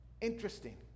Interesting